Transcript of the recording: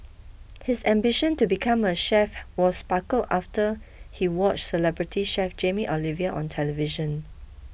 his ambition to become a chef was sparked after he watched celebrity chef Jamie Oliver on television